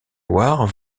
loire